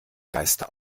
geister